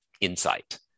insight